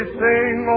sing